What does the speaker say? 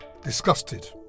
Disgusted